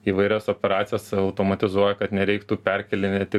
įvairias operacijas automatizuoja kad nereiktų perkėlinėti